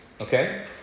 Okay